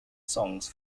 songs